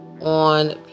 on